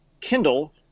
Kindle